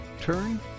turn